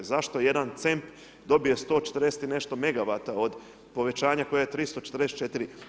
Zašto jedan C.E.M.P dobije 140 i nešto megavata od povećanja koje je 344.